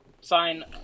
sign